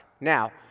Now